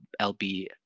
LB